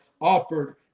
offered